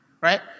Right